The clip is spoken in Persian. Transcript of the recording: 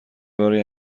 برای